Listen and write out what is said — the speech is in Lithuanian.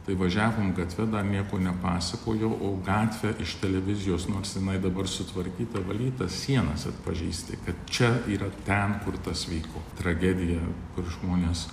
tai važiavom gatve dar nieko nepasakojo o gatvę iš televizijos nors jinai dabar sutvarkyta valytas sienas atpažįsti kad čia yra ten kur tas vyko tragedija kur žmonės